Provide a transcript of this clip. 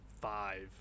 five